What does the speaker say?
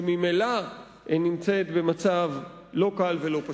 שנמצאת ממילא במצב לא קל ולא פשוט.